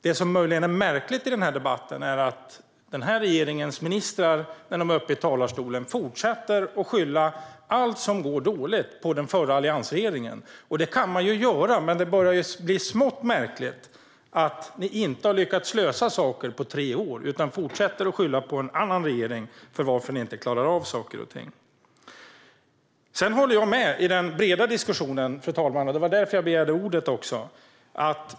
Det som möjligen är märkligt i denna debatt är att regeringens ministrar, när de är uppe i talarstolen, fortsätter att skylla allt som går dåligt på den förra alliansregeringen. Det kan man göra, men det börjar bli smått märkligt att man inte har lyckats lösa saker på tre år utan fortsätter att skylla på en annan regering därför att man inte klarar av saker och ting. Jag håller med i den breda diskussionen, fru talman, och det var därför jag begärde ordet.